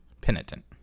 penitent